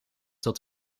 tot